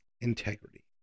integrity